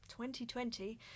2020